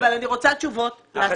רוצה תשובות לעסקים קטנים ובינוניים.